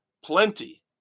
plenty